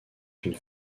une